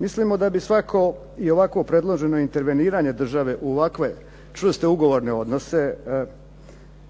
Mislimo da bi svako i ovako predloženo interveniranje države u ovakve čvrste ugovorne obveze,